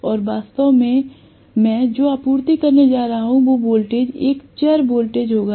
और वास्तव में मैं जो आपूर्ति करने जा रहा हूं वो वोल्टेज एक चर वोल्टेज होगा